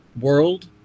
world